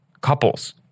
couples